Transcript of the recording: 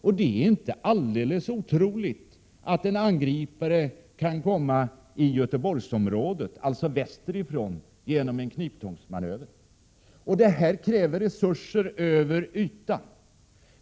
Och det är inte alldeles otroligt att en angripare kommer västerifrån, till Göteborgsområdet, genom en kniptångsmanöver. Detta kräver försvarsresurser över ytan.